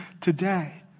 today